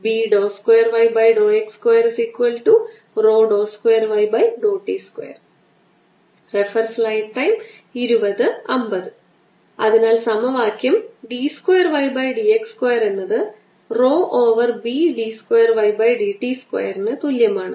B2yx2ρ2yt2 അതിനാൽ സമവാക്യം d square y by d x square എന്നത് rho over B d square y by d t സ്ക്വയറിന് തുല്യമാണ്